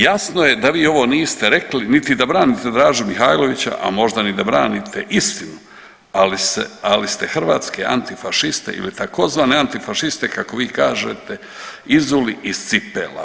Jasno je da vi ovo niste rekli, niti da branite Draža Mihajlovića, ali možda i da branite istinu ali ste hrvatske antifašiste ili tzv. antifašiste kako vi kažete izuli iz cipela.